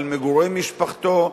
על מגורי משפחתו,